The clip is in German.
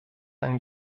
ein